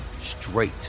straight